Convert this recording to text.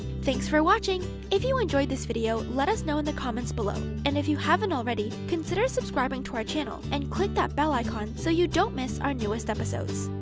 thanks for watching! if you enjoyed this video, let us know in the comments below. and you haven't already, consider subscribing to our channel, and click that bell icon so you don't miss our newest episodes.